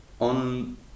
On